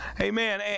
Amen